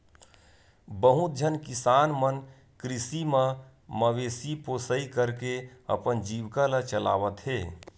बहुत झन किसान मन कृषि म मवेशी पोसई करके अपन जीविका ल चलावत हे